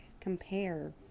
compare